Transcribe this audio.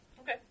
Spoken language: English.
Okay